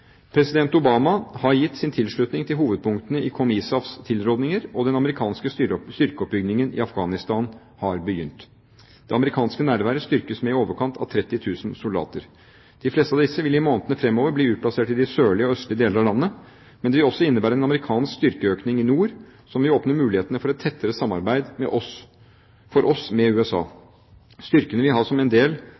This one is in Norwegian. President Obama har gitt sin tilslutning til hovedpunktene i COMISAFs tilrådninger, og den amerikanske styrkeoppbyggingen i Afghanistan har begynt. Det amerikanske nærværet styrkes med i overkant av 30 000 soldater. De fleste av disse vil i månedene fremover bli utplassert i de sørlige og østlige deler av landet, men det vil også innebære en amerikansk styrkeøkning i nord som vil åpne mulighetene for et tettere samarbeid for oss med USA. Styrkene vil ha som en